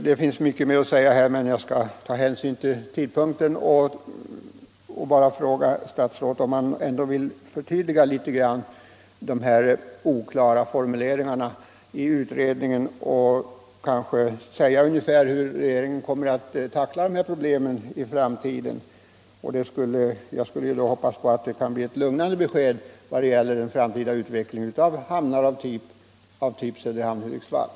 Det finns mycket mer att säga, men jag skall ta hänsyn till tidpunkten och bara fråga statsrådet om han vill något förtydliga de oklara formuleringarna i utredningen och kanske säga hur regeringen kommer att tackla problemen i framtiden. Jag skulle då hoppas att det kan bli ett lugnande besked när det gäller hamnar av den typ som finns i Söderhamn och Hudiksvall.